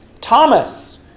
Thomas